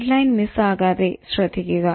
deadline miss ആക്കാതെ ശ്രദ്ധിക്കുക